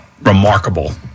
remarkable